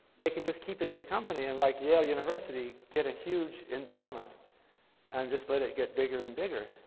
they can just keep it in the company and, like yale university, get a huge endowment and just let it get bigger and bigger.